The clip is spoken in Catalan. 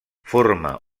forma